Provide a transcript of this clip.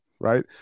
right